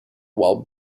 while